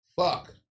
fuck